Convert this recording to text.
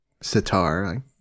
sitar